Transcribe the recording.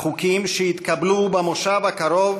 החוקים שיתקבלו במושב הקרוב